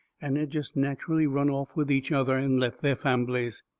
and had jest natcherally run off with each other and left their famblies.